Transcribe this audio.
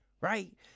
right